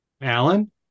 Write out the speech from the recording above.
alan